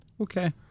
Okay